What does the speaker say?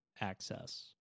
access